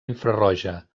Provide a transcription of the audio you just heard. infraroja